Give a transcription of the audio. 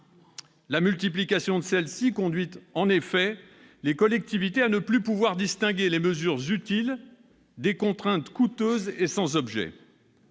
La multiplication de ces normes conduit en effet les collectivités à ne plus pouvoir distinguer les mesures utiles des contraintes coûteuses et sans objet.